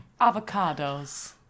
Avocados